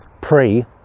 pre